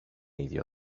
ίδιο